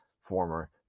Former